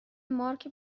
مارک